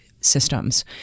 systems